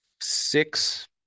six